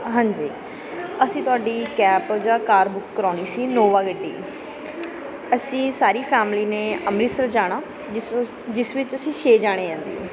ਹਾਂਜੀ ਅਸੀਂ ਤੁਹਾਡੀ ਕੈਬ ਜਾਂ ਕਾਰ ਬੁੱਕ ਕਰਵਾਉਣੀ ਸੀ ਨੋਵਾ ਗੱਡੀ ਅਸੀਂ ਸਾਰੀ ਫੈਮਿਲੀ ਨੇ ਅੰਮ੍ਰਿਤਸਰ ਜਾਣਾ ਜਿਸ ਸ ਜਿਸ ਵਿੱਚ ਅਸੀਂ ਛੇ ਜਣੇ ਹਾਂ ਜੀ